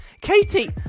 Katie